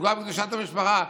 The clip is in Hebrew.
לפגוע בקדושת המשפחה,